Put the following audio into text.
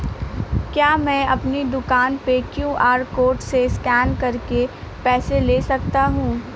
क्या मैं अपनी दुकान में क्यू.आर कोड से स्कैन करके पैसे ले सकता हूँ?